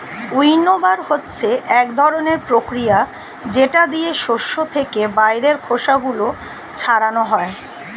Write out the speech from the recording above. উইন্নবার হচ্ছে এক ধরনের প্রতিক্রিয়া যেটা দিয়ে শস্য থেকে বাইরের খোসা গুলো ছাড়ানো হয়